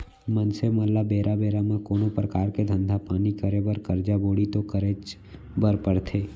मनसे मन ल बेरा बेरा म कोनो परकार के धंधा पानी करे बर करजा बोड़ी तो करेच बर परथे